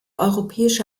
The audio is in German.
europäische